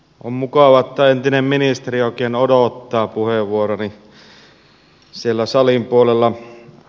on mukavaa että entinen ministeri oikein odottaa puheenvuoroani siellä salin puolella